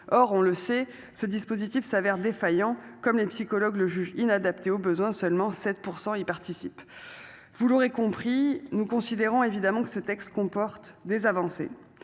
Or on le sait, ce dispositif s'avère défaillant comme les psychologues le juge inadapté aux besoins seulement 7% y participent. Vous l'aurez compris, nous considérons évidemment que ce texte comporte des avancées.